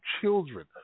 children